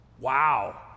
Wow